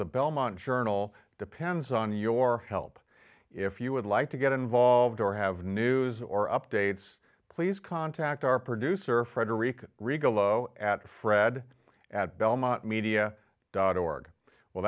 the belmont journal depends on your help if you would like to get involved or have news or updates please contact our producer frederick regal zero at fred at belmont media dot org well